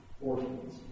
orphans